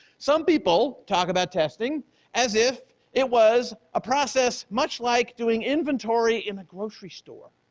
some people talk about testing as if it was a process much like doing inventory in a grocery store.